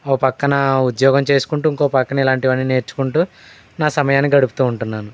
ఓ ప్రక్కన ఉద్యోగం చేసుకుంటూ ఇంకో ప్రక్కన ఇలాంటివన్నీ నేర్చుకుంటూ నా సమయాన్ని గడుపుతూ ఉంటున్నాను